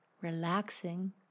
relaxing